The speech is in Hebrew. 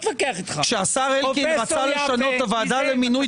כשהשר אלקין רצה לשנות את הוועדה למינוי